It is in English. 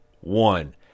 one